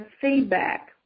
feedback